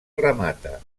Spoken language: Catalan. remata